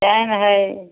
चैन है